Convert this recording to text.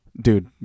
dude